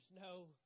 no